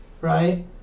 right